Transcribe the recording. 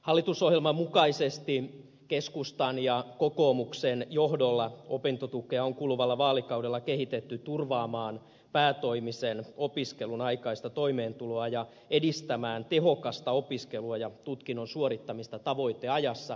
hallitusohjelman mukaisesti keskustan ja kokoomuksen johdolla opintotukea on kuluvalla vaalikaudella kehitetty turvaamaan päätoimisen opiskelun aikaista toimeentuloa ja edistämään tehokasta opiskelua ja tutkinnon suorittamista tavoiteajassa